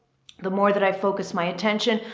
the more that i focus, my attention,